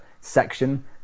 section